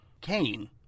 Kane